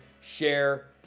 share